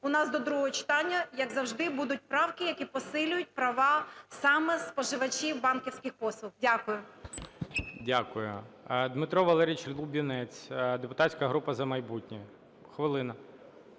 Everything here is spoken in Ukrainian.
у нас до другого читання, як завжди, будуть правки, які посилюють права саме споживачів банківських послуг. Дякую. ГОЛОВУЮЧИЙ. Дякую. Дмитро Валерійович Лубінець, депутатська група "За майбутнє", хвилина.